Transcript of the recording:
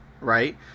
right